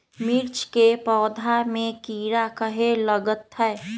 मिर्च के पौधा में किरा कहे लगतहै?